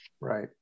Right